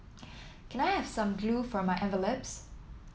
can I have some glue for my envelopes